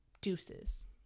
Deuces